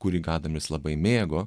kurį gadamis labai mėgo